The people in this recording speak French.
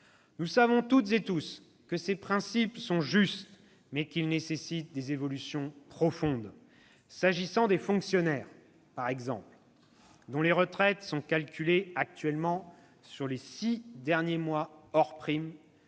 Nous savons tous que ces principes sont justes, mais qu'ils nécessitent des évolutions profondes. S'agissant des fonctionnaires, par exemple, dont les retraites sont calculées actuellement sur les six derniers mois hors primes,